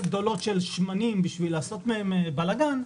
גדולות של שמנים בשביל לעשות מהם בלגן,